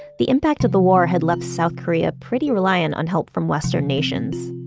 the impact of the war had left south korea pretty reliant on help from western nations.